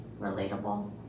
Relatable